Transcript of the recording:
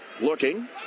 looking